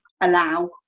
allow